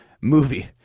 movie